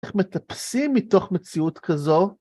איך מטפסים מתוך מציאות כזו?